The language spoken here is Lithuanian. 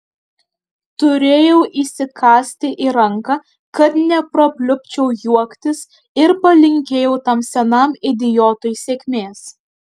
turėjau įsikąsti į ranką kad neprapliupčiau juoktis ir palinkėjau tam senam idiotui sėkmės